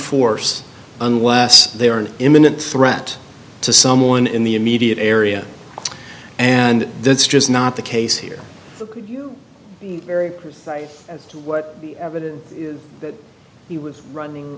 force unless they are an imminent threat to someone in the immediate area and that's just not the case here very right what evidence that he was running